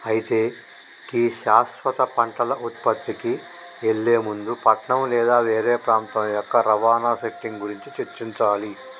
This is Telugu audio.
అయితే గీ శాశ్వత పంటల ఉత్పత్తికి ఎళ్లే ముందు పట్నం లేదా వేరే ప్రాంతం యొక్క రవాణా సెట్టింగ్ గురించి చర్చించాలి